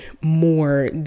more